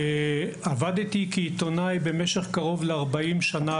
עבדתי כעיתונאי במשך קרוב ל - 40 שנה,